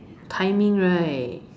timing right